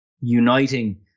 uniting